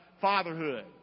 fatherhood